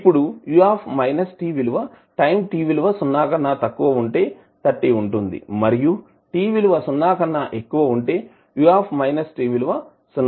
ఇప్పుడు u విలువ time t విలువ సున్నా కన్నా తక్కువ ఉంటే 30 ఉంటుంది మరియు t విలువ సున్నా కన్నా ఎక్కువ ఉంటే u విలువ సున్నా అవుతుంది